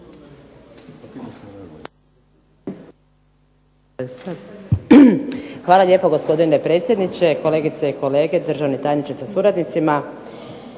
Hvala lijepo gospodine predsjedniče, kolegice i kolege, državni tajniče sa suradnicima.